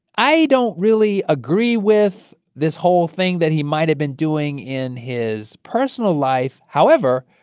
i don't really agree with this whole thing that he might have been doing in his personal life. however,